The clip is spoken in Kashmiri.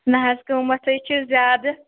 نہَ حظ قیمت ہَے چھُ زیادٕ